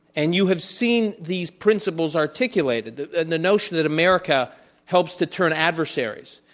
and you have seen these principles articulated, the and the notion that america helps to turn adversaries,